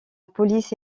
police